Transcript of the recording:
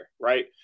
Right